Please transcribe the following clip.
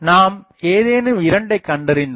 நாம் ஏதேனும் இரண்டை கண்டறிந்தால்